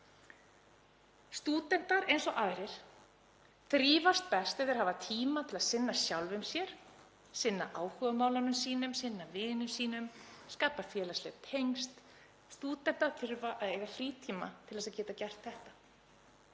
Stúdentar, eins og aðrir, þrífast best ef þeir hafa tíma til að sinna sjálfum sér, sinna áhugamálum sínum, sinna vinum sínum, skapa félagsleg tengsl. Stúdentar þurfa að eiga frítíma til að geta gert þetta.